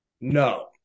No